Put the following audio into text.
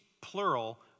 plural